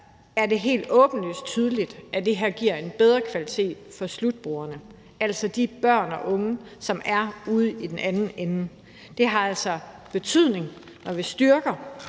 er det helt åbenlyst tydeligt, at det her giver en bedre kvalitet for slutbrugerne, altså de børn og unge, som er ude i den anden ende. Det har altså betydning, når vi styrker